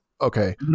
okay